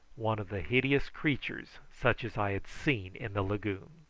one of the hideous creatures such as i had seen in the lagoon.